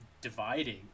dividing